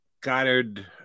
Goddard